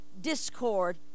discord